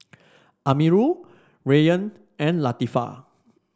Amirul Rayyan and Latifa